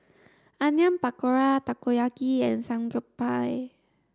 Onion Pakora Takoyaki and Samgeyopsal